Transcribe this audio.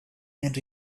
and